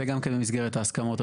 זה גם במסגרת ההסכמות,